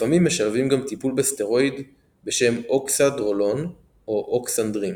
לפעמים משלבים גם טיפול בסטרואיד בשם oxandrolone או Oxandrin.